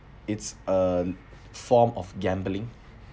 it's a form of gambling